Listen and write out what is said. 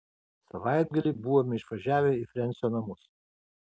savaitgalį buvome išvažiavę į frensio namus